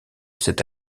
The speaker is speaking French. cet